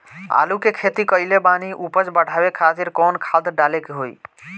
आलू के खेती कइले बानी उपज बढ़ावे खातिर कवन खाद डाले के होई?